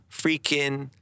freaking